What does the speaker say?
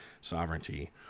sovereignty